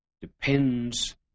depends